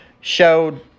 showed